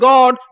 God